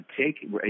take